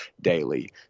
daily